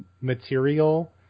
material